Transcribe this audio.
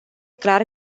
clar